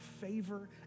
favor